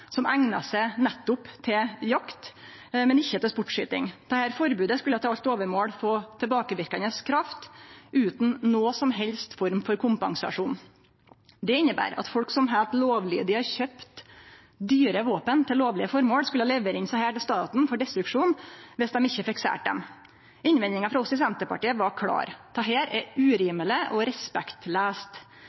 som eignar seg til nettopp jakt, men ikkje til sportsskyting. Dette forbodet skulle til alt overmål få tilbakeverkande kraft utan nokon som helst form for kompensasjon. Det inneber at folk som heilt lovlydig har kjøpt dyre våpen til lovlege formål, skulle levere inn desse til staten for destruksjon dersom dei ikkje fekk selt dei. Innvendinga frå oss i Senterpartiet var klar: Dette er urimeleg og